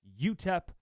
UTEP